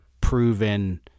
proven